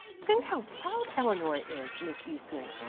think how proud eleanor is, miss eastman.